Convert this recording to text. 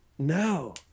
No